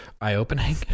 eye-opening